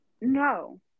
No